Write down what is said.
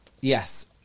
Yes